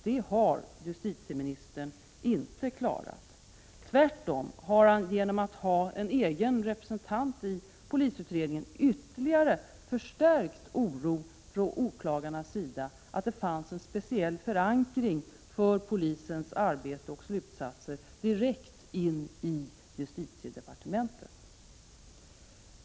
Detta har justitieministern inte klarat. Han har tvärtom genom att ha en egen representant i polisutredningen ytterligare förstärkt oron från åklagarnas sida att det fanns en speciell förankring för polisens arbete och slutsatser direkt in i justitiedepartementet.